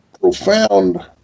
profound